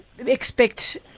Expect